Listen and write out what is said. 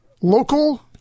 local